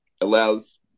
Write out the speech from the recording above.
allows